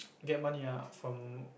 get money ah from